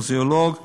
מוזיאולוג ומשמר,